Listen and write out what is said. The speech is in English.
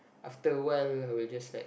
after awhile I'll just like